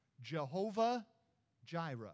Jehovah-Jireh